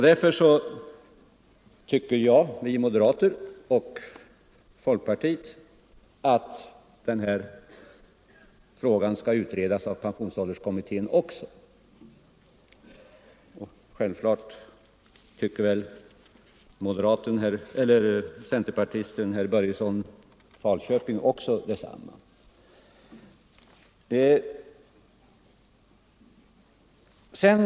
Därför tycker vi moderater och folkpartisterna att också denna fråga skall utredas av pensionsålderskommittén. Även centerpartisten herr Börjesson i Falköping har väl samma uppfattning.